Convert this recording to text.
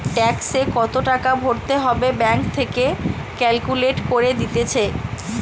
ট্যাক্সে কত টাকা ভরতে হবে ব্যাঙ্ক থেকে ক্যালকুলেট করে দিতেছে